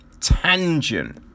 Tangent